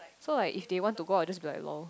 so like if they want to go I'll just be like lol